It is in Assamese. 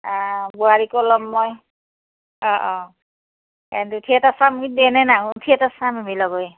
অ বোৱাৰীকো লম মই অ অ থিয়েটাৰ দিয়ে থিয়েটাৰ চাম আমি লগ হৈ